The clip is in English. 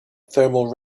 thermal